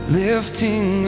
lifting